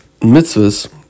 mitzvahs